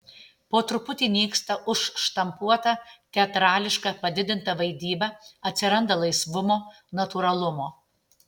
po truputį nyksta užštampuota teatrališka padidinta vaidyba atsiranda laisvumo natūralumo